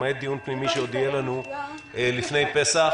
למעט דיון פנימי שעוד יהיה לנו לפני פסח,